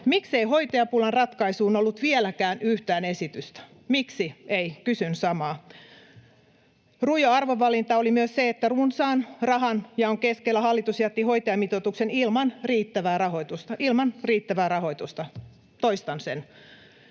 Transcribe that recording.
miksei hoitajapulan ratkaisuun ollut vieläkään yhtään esitystä. Miksi ei? Kysyn samaa. Rujo arvovalinta oli myös se, että runsaan rahanjaon keskellä hallitus jätti hoitajamitoituksen ilman riittävää rahoitusta — ilman